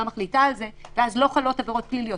מחליטה על זה ואז לא חלות עבירות פליליות.